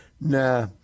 Nah